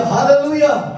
Hallelujah